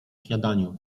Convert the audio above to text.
śniadaniu